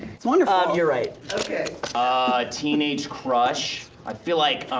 it's wonderful. you're right. ah, a teenage crush? i feel like,